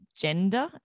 gender